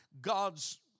God's